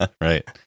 Right